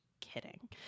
kidding